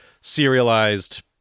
serialized